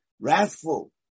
wrathful